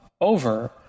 over